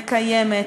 מקיימת.